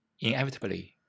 inevitably